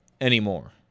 anymore